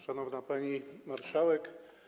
Szanowna Pani Marszałek!